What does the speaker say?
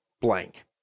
blank